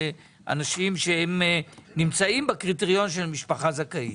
אנשים שהם נמצאים בקריטריון של משפחה זכאית.